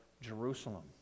Jerusalem